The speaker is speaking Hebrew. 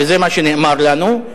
וזה מה שנאמר לנו,